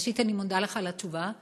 ראשית, אני מודה לך על התשובה.